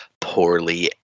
poorly